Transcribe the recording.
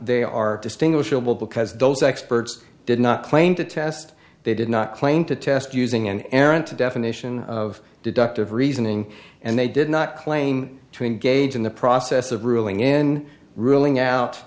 they are distinguishable because those experts did not claim to test they did not claim to test using an errant definition of deductive reasoning and they did not claim to engage in the process of ruling in ruling out